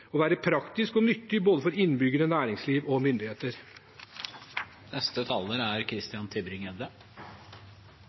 og være praktisk og nyttig for både innbyggere, næringsliv og myndigheter.